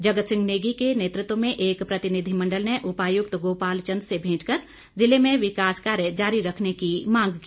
जगत सिंह नेगी के नेतृत्व में एक प्रतिनिधिमंडल ने उपायुक्त गोपाल चंद से भेंट कर ज़िले में विकास कार्य जारी रखने की मांग की